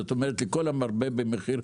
זאת אומרת לכל המרבה במחיר,